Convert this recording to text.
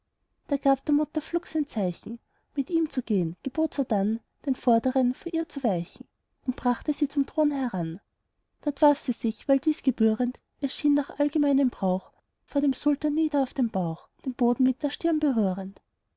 der gab der mutter flugs ein zeichen mit ihm zu gehn gebot sodann den vorderen vor ihr zu weichen und brachte sie zum thron heran dort warf sie sich weil dies gebührend ihr schien nach allgemeinem brauch vorm sultan nieder auf den bauch den boden mit der stirn berührend